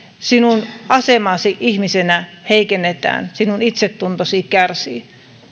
sinun asemaasi ihmisenä heikennetään sinun itsetuntosi kärsii